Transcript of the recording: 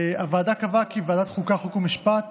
הוועדה קבעה כי ועדת החוקה, חוק ומשפט